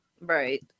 Right